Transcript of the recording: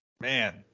man